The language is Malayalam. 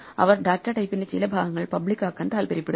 അവർ ഡാറ്റ ടൈപ്പിന്റെ ചില ഭാഗങ്ങൾ പബ്ലിക് ആക്കാൻ താൽപ്പര്യപ്പെടുന്നു